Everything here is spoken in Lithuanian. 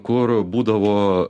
kur būdavo